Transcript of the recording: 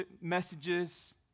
messages